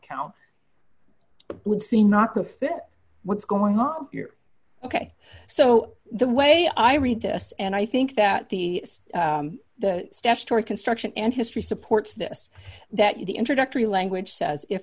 that would seem not to fit what's going on here ok so the way i read this and i think that the statutory construction and history supports this that you the introductory language says if